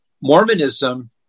Mormonism